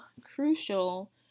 crucial